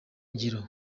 ingiro